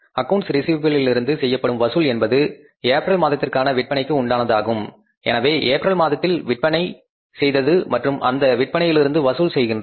accounts ரிஸீவபிளிலிருந்து செய்யப்படும் வசூல் என்பது ஏப்ரல் மாதத்திற்கான விற்பனைக்கு உண்டானதாகும் எனவே ஏப்ரல் மாதத்தில் விற்பனை செய்தது மற்றும் அந்த விற்பனையிலிருந்து வசூல் செய்கின்றோம்